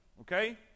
okay